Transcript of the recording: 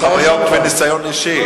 מתי ישנת שם?